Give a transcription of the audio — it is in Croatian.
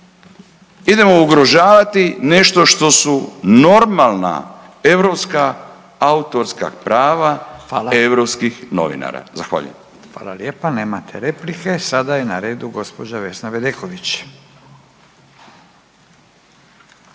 idemo ugrožavati nešto što su normalna europska autorska prava europskih novinara. Zahvaljujem. **Radin, Furio (Nezavisni)** Hvala lijepa, nemate replike. Sada je na redu gospođa Vesna Bedeković.